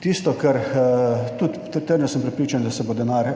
Tisto, kar tudi, trdno sem prepričan, da se bo denar